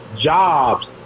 jobs